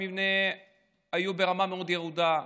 המבנה היה ברמה מאוד ירודה.